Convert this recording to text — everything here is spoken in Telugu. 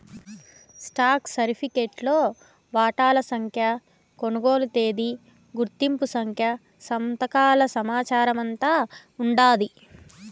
స్టాక్ సరిఫికెట్లో వాటాల సంఖ్య, కొనుగోలు తేదీ, గుర్తింపు సంఖ్య, సంతకాల సమాచారమంతా ఉండాది